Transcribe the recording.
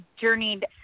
journeyed